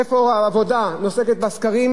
איפה העבודה נוסקת בסקרים,